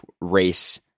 race